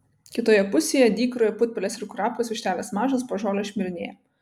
kitoje pusėje dykroje putpelės ir kurapkos vištelės mažos po žolę šmirinėja